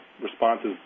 responses